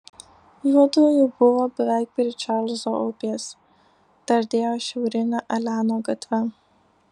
juodu jau buvo beveik prie čarlzo upės dardėjo šiaurine aleno gatve